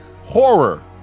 Horror